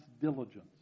diligence